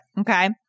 Okay